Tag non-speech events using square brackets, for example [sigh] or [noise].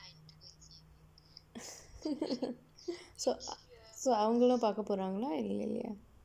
[laughs] அவங்களும் பார்க்க போனாங்களா இல்லையா:avangkallum paarkka poonaangkalaa illaiyaa